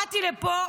באתי לפה,